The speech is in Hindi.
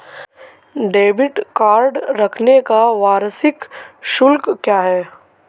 डेबिट कार्ड रखने का वार्षिक शुल्क क्या है?